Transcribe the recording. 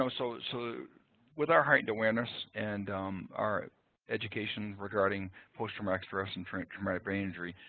um so so with our heightened awareness and our education regarding post-traumatic stress and traumatic brain injury,